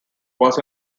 was